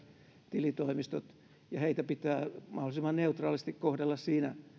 tilitoimistot ja heitä pitää mahdollisimman neutraalisti kohdella siinä